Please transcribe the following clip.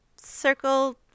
Circle